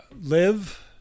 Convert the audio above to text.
live